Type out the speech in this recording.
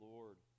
Lord